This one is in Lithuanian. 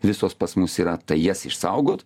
visos pas mus yra tai jas išsaugot